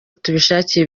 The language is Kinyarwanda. tubishakire